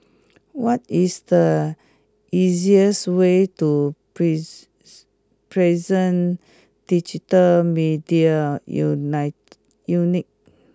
what is the easiest way to Prison Digital Media Unite Unit